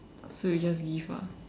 so you just give ah